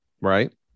Right